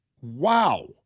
Wow